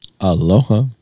Aloha